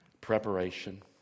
preparation